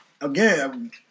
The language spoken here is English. Again